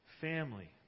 family